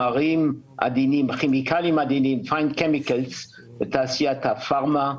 מייצרים כימיקלים עדינים לתעשיית הפארמה,